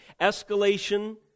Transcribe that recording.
escalation